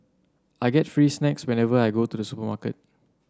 I get free snacks whenever I go to the supermarket